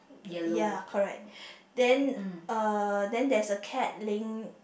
ya correct then uh then there is a cat laying